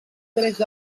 tres